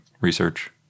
research